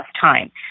time